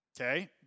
Okay